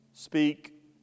speak